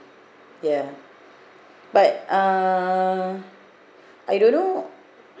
ya but uh I don't know